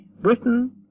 Britain